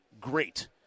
great